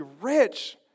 rich